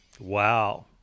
wow